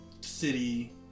city